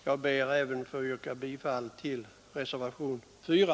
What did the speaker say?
Jag ber att få yrka bifall även till reservationen 4.